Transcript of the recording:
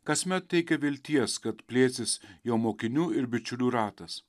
kasmet teikia vilties kad plėsis jo mokinių ir bičiulių ratas